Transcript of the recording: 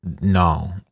no